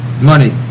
money